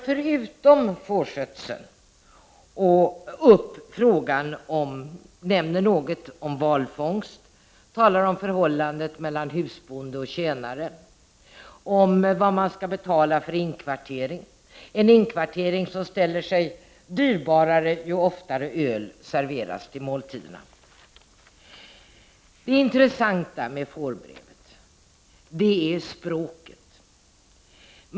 Förutom fårskötsel tas i fårbrevet upp något om valfångst, förhållandet mellan husbonde och tjänare, vad man skall betala för inkvartering, en inkvartering som ställer sig dyrare ju oftare öl serveras till måltiderna. Det intressanta med fårbrevet är språket.